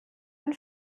ein